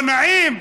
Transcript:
לא נעים?